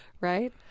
right